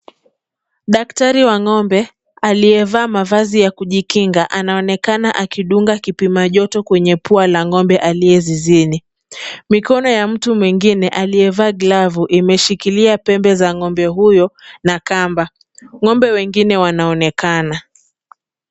Daktari wa ng'ombe aliyevaa mavazi ya kujikinga anaonekana akidunga kipima joto kwenye pua la ng'ombe aliye zizini. Mikono ya mtu mwengine aliyevaa glavu imeshikilia pembe za ng'ombe huyo na kamba. Ng'ombe wengine wanaonekana.